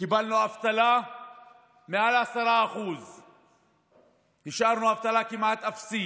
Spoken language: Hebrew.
קיבלנו אבטלה מעל 10% והשארנו אבטלה כמעט אפסית.